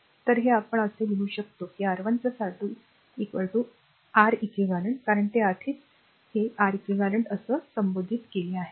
तर हे आपण असेही लिहू शकतो की R1 R2 प्रत्यक्षात R eq कारण आधीचे हे R Req आहे